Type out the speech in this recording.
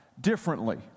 differently